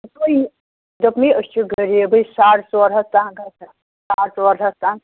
دوٚپمَے أسۍ چھِ غریٖبٕے ساڑٕ ژور ہَتھ تاں گژھیٛا ساڑ ژور ہَتھ تاں